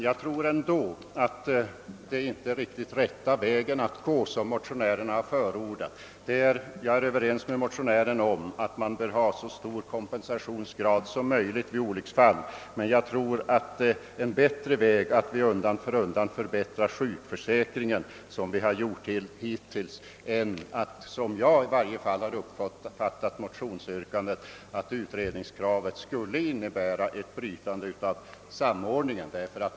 Jag tror emellertid ändå inte att den väg som motionärerna har förordat är den rätta vägen att gå. Jag är överens med motionärerna om att kompensationsgraden vid olycksfall bör vara så hög som möjligt, men jag tror det är bättre att undan för undan förbättra sjukförsäkringen, såsom vi har gjorts hittills, än att bifalla utredningskravet, som i varje fall såsom jag har uppfattat det skulle innebära ett brytande av samordningen.